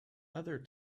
other